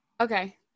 Okay